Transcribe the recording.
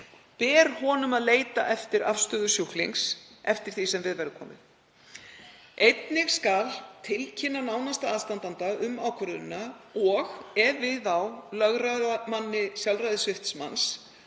ber honum að leita eftir afstöðu sjúklings eftir því sem við verður komið. Einnig skal tilkynna nánasta aðstandanda um ákvörðunina og, ef við á, lögráðamanni sjálfræðissvipts manns,